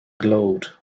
glowed